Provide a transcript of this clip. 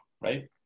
right